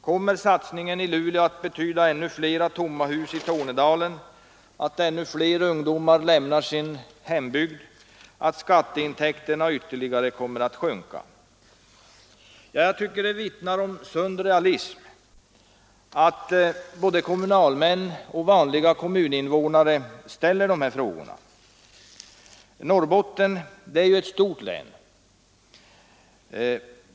Kommer satsningen i Luleå att betyda ännu fler tomma hus i Tornedalen, att ännu fler ungdomar lämnar sin hembygd, att skatteintäkterna ytterligare kommer att sjunka? Ja, jag tycker att det vittnar om sund realism att både kommunalmän och vanliga kommuninvånare ställer dessa frågor. Norrbotten är ju ett stort län.